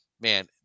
man